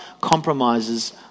compromises